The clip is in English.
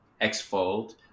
X-fold